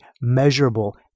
measurable